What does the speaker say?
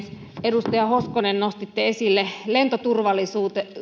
edustaja hoskonen nostitte esille lentoturvallisuuden